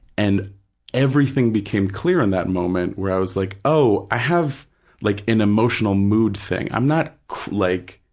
and everything became clear in that moment, where i was like, oh, i have like an emotional mood thing. i'm not like